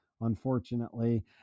unfortunately